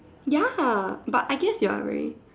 ya lah but I can you are right